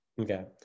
Okay